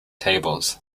tables